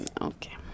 okay